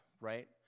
right